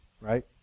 right